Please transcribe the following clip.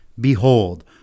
Behold